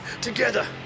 together